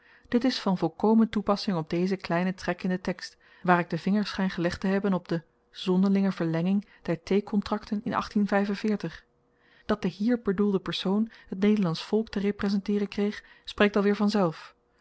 dit is van volkomen toepassing op dezen kleinen trek in den tekst waar ik den vinger schyn gelegd te hebben op de zonderlinge verlenging der theekontrakten in dat de hier bedoelde persoon t nederlandsche volk te reprezenteeren kreeg spreekt alweer vanzelf